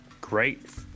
great